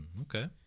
Okay